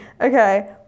okay